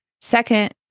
Second